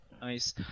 Nice